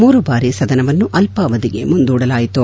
ಮೂರು ಬಾರಿ ಸದನವನ್ನು ಅಲ್ವಾವಧಿಗೆ ಮುಂದೂಡಲಾಯಿತು